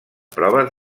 proves